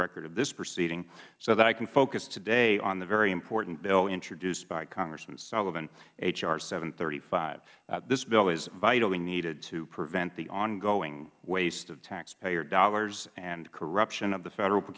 record of this proceeding so that i can focus today on the very important bill introduced by congressman sullivan h r h this bill is vitally needed to prevent the ongoing waste of taxpayer dollars and corruption of the federal